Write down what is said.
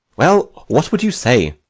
well, what would you say?